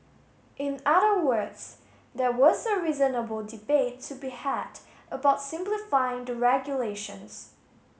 in other words there was a reasonable debate to be had about simplifying the regulations